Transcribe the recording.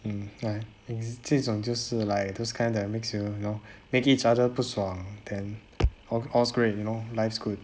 um right exac~ 这种就是 like those kind that makes you you know make each other 不爽 then all's all's great you know life's good